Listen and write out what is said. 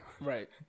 Right